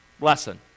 lesson